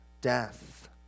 death